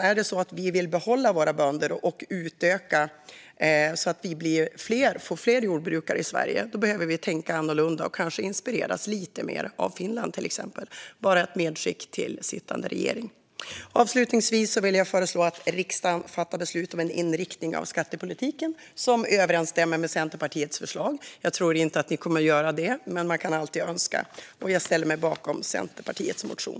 Är det så att vi vill behålla våra bönder och utöka så att vi får fler jordbrukare i Sverige behöver vi tänka annorlunda och kanske inspireras lite mer av till exempel Finland. Det är bara ett medskick till sittande regering. Avslutningsvis vill jag föreslå att riksdagen fattar beslut om en inriktning av skattepolitiken som överensstämmer med Centerpartiets förslag. Jag tror inte att ni kommer att göra det, men man kan alltid önska. Jag ställer mig bakom Centerpartiets motion.